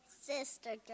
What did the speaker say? sister